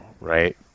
right